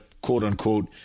quote-unquote